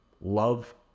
love